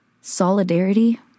solidarity